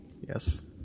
Yes